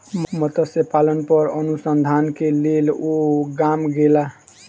मत्स्य पालन पर अनुसंधान के लेल ओ गाम गेला